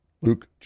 Luke